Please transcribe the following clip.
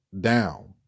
down